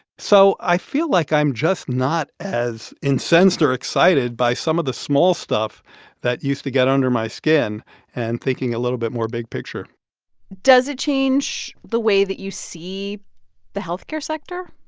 so i feel like i'm just not as incensed or excited by some of the small stuff that used to get under my skin and thinking a little bit more big-picture does it change the way that you see the health care sector?